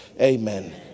amen